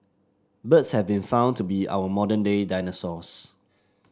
birds have been found to be our modern day dinosaurs